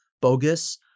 bogus